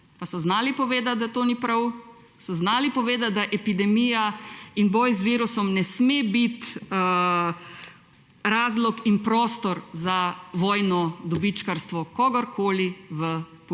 Pa so znali povedati, da to ni prav, so znali povedati, da epidemija in boj z virusom ne smeta biti razlog in prostor za vojno dobičkarstvo kogarkoli v